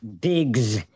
Biggs